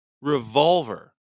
revolver